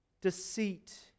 deceit